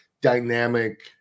dynamic